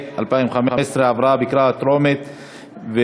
עברה בקריאה טרומית,